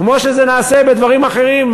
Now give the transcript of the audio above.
כמו שזה נעשה בדברים אחרים.